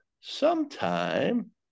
sometime